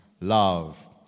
Love